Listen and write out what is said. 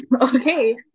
Okay